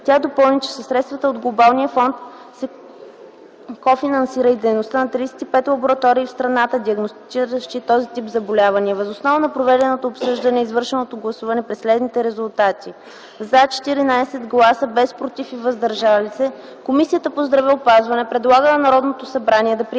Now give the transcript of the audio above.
Тя допълни, че със средства от Глобалния фонд се кофинансира и дейността на 35 лаборатории в страната, диагностициращи този тип заболяване. Въз основа на проведеното обсъждане и извършеното гласуване при следните резултати: „за” – 14 гласа, без „против” и „въздържали се”, Комисията по здравеопазването предлага на Народното събрание да приеме на